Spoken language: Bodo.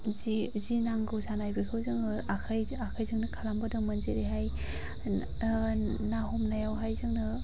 जि नांगौ जानाय बेखौ जों आखाइजोंनो खालामबोदोंमोन जेरैहाय ना हमनायावहाय जोंनो